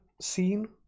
scene